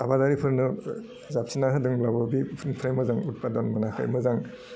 आबादारिफोरनो जाबसिन्ना होदोंब्लाबो बेनिफ्राय मोजां उदफादन मोनाखै मोजां